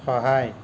সহায়